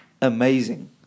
amazing